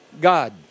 God